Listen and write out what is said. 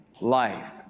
life